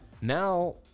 now